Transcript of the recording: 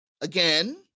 again